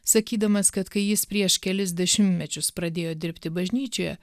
sakydamas kad kai jis prieš kelis dešimtmečius pradėjo dirbti bažnyčioje